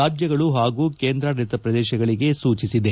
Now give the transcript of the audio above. ರಾಜ್ಯಗಳು ಹಾಗೂ ಕೇಂದ್ರಾಡಳಿತ ಪ್ರದೇಶಗಳಿಗೆ ಸೂಜಿಸಿದೆ